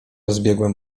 zbiegłem